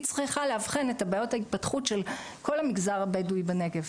צריכה לאבחן את בעיות ההתפתחות של כל המגזר הבדואי בנגב,